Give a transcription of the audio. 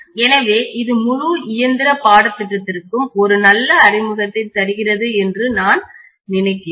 எனவே இது முழு இயந்திர பாடத்திட்டத்திற்கும் ஒரு நல்ல அறிமுகத்தை தருகிறது என்று நான் நினைக்கிறேன்